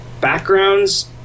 backgrounds